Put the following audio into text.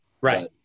right